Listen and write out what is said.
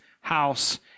house